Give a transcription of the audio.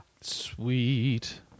Sweet